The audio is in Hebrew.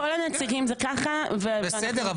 בכל הנציגים זה ככה ואנחנו --- בסדר,